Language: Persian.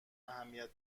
اهمیت